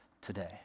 today